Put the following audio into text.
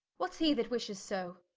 what's he that wishes so?